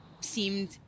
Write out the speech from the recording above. seemed